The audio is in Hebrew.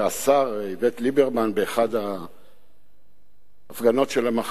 השר איווט ליברמן באחת ההפגנות של המחאה.